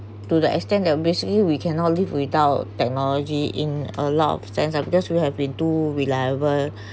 to the extent that basically we cannot live without technology in a lot of sense ah because we have been too reliable